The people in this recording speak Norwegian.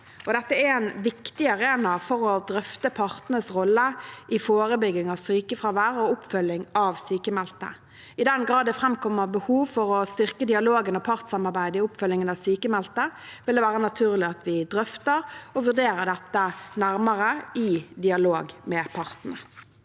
Dette er en viktig arena for å drøfte partenes rolle i forebygging av sykefravær og oppfølging av sykmeldte. I den grad det framkommer behov for å styrke dialogen og partssamarbeidet i oppfølgingen av sykmeldte, vil det være naturlig at vi drøfter og vurderer dette nærmere i dialog med partene.